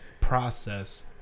process